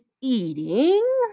eating